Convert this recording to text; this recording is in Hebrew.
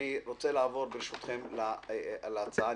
רוצה לעבור להצעת החוק.